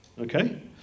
Okay